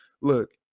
look